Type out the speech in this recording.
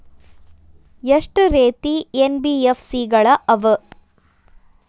ಎಷ್ಟ ರೇತಿ ಎನ್.ಬಿ.ಎಫ್.ಸಿ ಗಳ ಅವ?